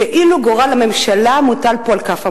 כאילו גורל הממשלה מוטל פה על כף המאזניים.